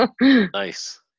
nice